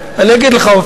אגיד לך,